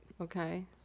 Okay